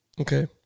Okay